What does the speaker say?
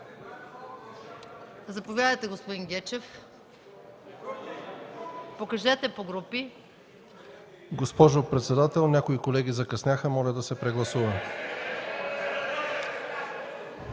Заповядайте, господин Гечев. РУМЕН ГЕЧЕВ (КБ): Госпожо председател, някои колеги закъсняха. Моля да се прегласува.